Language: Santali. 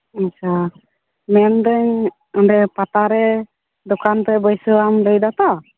ᱟᱪᱪᱷᱟ ᱢᱮᱱ ᱫᱟᱹᱧ ᱚᱸᱰᱮ ᱯᱟᱛᱟᱨᱮ ᱫᱚᱠᱟᱱ ᱯᱮ ᱵᱟᱹᱭᱥᱟᱹᱣᱟᱢ ᱢᱮᱱ ᱫᱟ ᱛᱚ